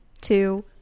two